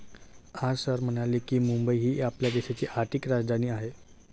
आज सर म्हणाले की, मुंबई ही आपल्या देशाची आर्थिक राजधानी आहे